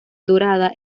dorada